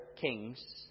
kings